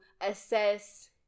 assess